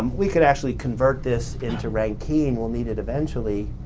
um we could actually convert this into rankine and we'll need it eventually,